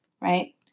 right